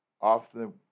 often